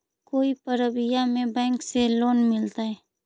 कोई परबिया में बैंक से लोन मिलतय?